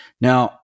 Now